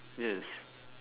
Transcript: yes